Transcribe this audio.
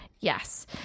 Yes